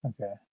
Okay